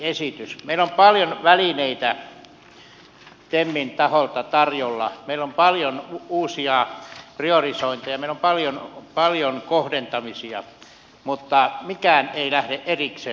meillä on paljon välineitä temin taholta tarjolla meillä on paljon uusia priorisointeja meillä on paljon kohdentamisia mutta mikään ei lähde erikseen vetämään